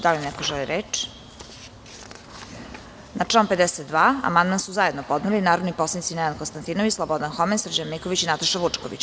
Da li neko želi reč? (Ne) Na član 52. amandman su zajedno podneli narodni poslanici Nenad Konstantinović, Slobodan Homen, Srđan Miković i Nataša Vučković.